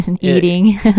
Eating